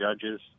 judges